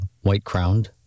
white-crowned